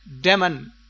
demon